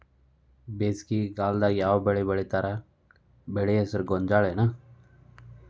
ಬೇಸಿಗೆ ಕಾಲದಾಗ ಯಾವ್ ಬೆಳಿ ಬೆಳಿತಾರ, ಬೆಳಿ ಹೆಸರು ಗೋಂಜಾಳ ಏನ್?